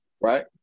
Right